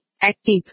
Active